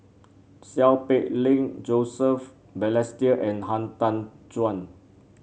Seow Peck Leng Joseph Balestier and Han Tan Juan